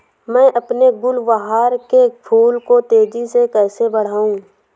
मैं अपने गुलवहार के फूल को तेजी से कैसे बढाऊं?